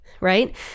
right